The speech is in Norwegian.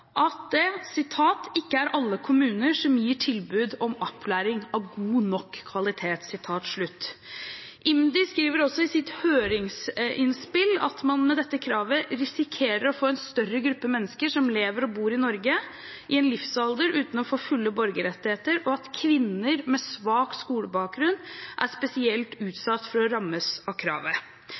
proposisjonen at det ikke er alle kommuner «som gir tilbud om opplæring av god nok kvalitet.» IMDi skriver også i sitt høringsinnspill at man med dette kravet risikerer å få en større gruppe mennesker som lever og bor i Norge i en livsalder uten å få fulle borgerrettigheter, og at kvinner med svak skolebakgrunn er spesielt utsatt for å rammes av kravet.